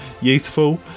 youthful